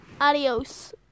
Adios